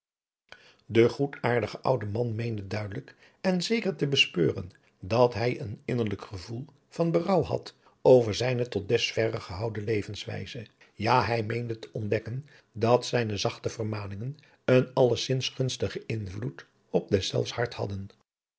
de goedaardige oude man meende duidelijk en zeker te bespeuren dat hij een innerlijk gevoel van berouw had over zijne tot dus verre gehoudene levenswijze ja hij meende te ontdekken dat zijne zachte vermaningen een allezins gunstigen invloed op deszelfs hart hadden